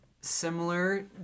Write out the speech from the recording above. similar